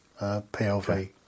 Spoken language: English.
PLV